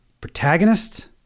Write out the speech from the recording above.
protagonist